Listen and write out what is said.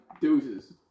Deuces